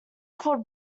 called